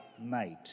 night